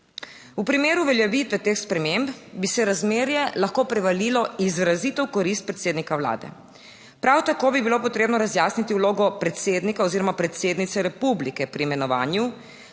V primeru uveljavitve teh sprememb bi se razmerje lahko prevalilo izrazito v korist predsednika vlade. Prav tako bi bilo potrebno razjasniti vlogo predsednika oziroma predsednice republike pri imenovanju.